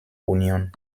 union